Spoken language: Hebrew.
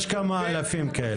יש כמה אלפים כאלה.